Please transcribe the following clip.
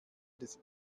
des